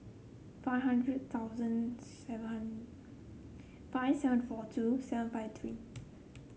five hundred thousand seven five seven four two seven five three